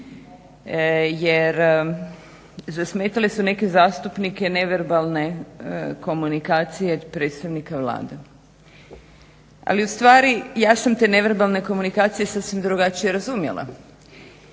jer zasmetale su neke zastupnike neverbalne komunikacije od predstavnika Vlade. Ali ustvari ja sam te neverbalne komunikacije sasvim drugačije razumjela